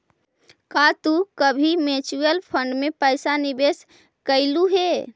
का तू कभी म्यूचुअल फंड में पैसा निवेश कइलू हे